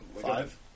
Five